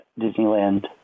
Disneyland